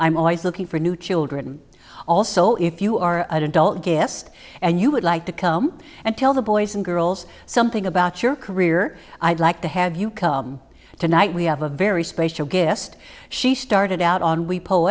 i'm always looking for new children also if you are an adult guest and you would like to come and tell the boys and girls something about your career i'd like to have you come tonight we have a very special guest she started out on we p